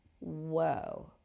whoa